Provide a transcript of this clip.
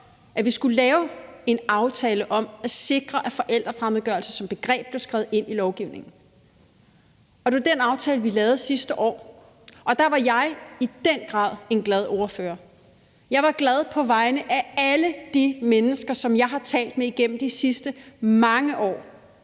at vi skulle lave en aftale om at sikre, at forældrefremmedgørelse som begreb blev skrevet ind i lovgivningen. Det var den aftale, vi lavede sidste år, og der var jeg i den grad en glad ordfører. Jeg var glad på vegne af alle de mennesker, som jeg har talt med igennem de sidste mange år,